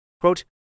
Quote